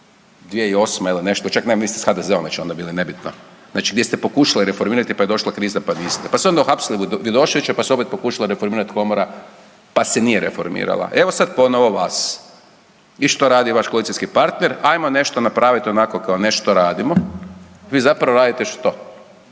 2007.-2008. ili nešto čak … s HDZ-om je već onda bila nebitno, znači gdje ste pokušali reformirati pa je došla kriza pa niste, pa niste, pa ste onda uhapsili Vidoševića pa se opet pokušala reformirat komora pa se nije reformirala. Evo sad ponovo vas i što radi vaš koalicijski partner hajmo nešto napraviti onako kao nešto radimo. Vi zapravo radite što?